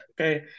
Okay